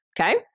Okay